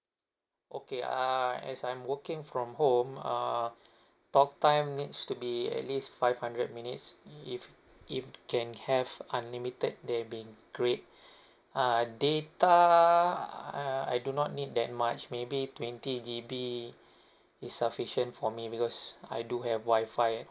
okay err as I'm working from home uh talk time needs to be at least five hundred minutes if if can have unlimited that will be great uh data err I do not need that much maybe twenty G_B is sufficient for me because I do have WI-FI